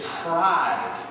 pride